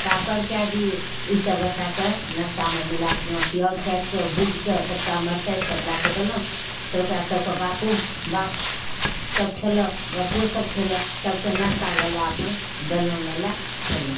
पापड़ कए दियौ ई सब बच्चाकेॅं नाश्ता मे मिला कऽ राखलौ पिआज काटि कऽ भूजि कऽ कचका मिरचाइ सब लए कऽ देलहुॅं तऽ ओकरा सबकेॅं बापो बाप खयलक बच्चो सब खेलक सबकेॅं नाश्ता लेल देलौं अपन खयलक